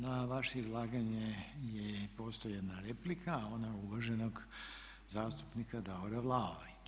Na vaše izlaganje postoji jedna replika, ona uvaženog zastupnika Davora Vlaovića.